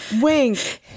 wink